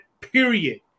Period